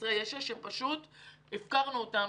חסרי ישע שפשוט הפקרנו אותם,